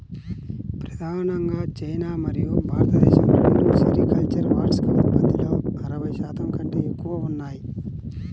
ప్రధానంగా చైనా మరియు భారతదేశం రెండూ సెరికల్చర్ వార్షిక ఉత్పత్తిలో అరవై శాతం కంటే ఎక్కువగా ఉన్నాయి